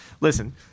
listen